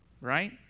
Right